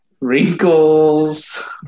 Wrinkles